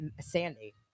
Sandy